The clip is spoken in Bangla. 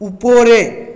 উপরে